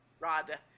Rod